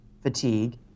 fatigue